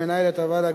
למנהלת הוועדה,